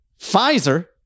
Pfizer